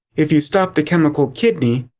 if you stop the chemical kidney,